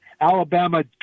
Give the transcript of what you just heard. Alabama